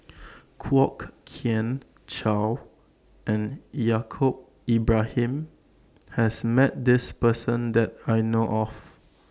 Kwok Kian Chow and Yaacob Ibrahim has Met This Person that I know of